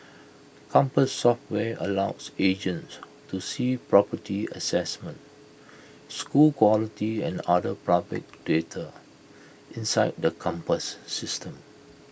compass software allows agents to see property assessments school quality and other public data inside the compass system